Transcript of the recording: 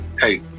hey